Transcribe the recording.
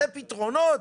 זה פתרונות?